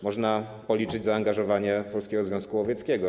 Można policzyć zaangażowanie Polskiego Związku Łowieckiego.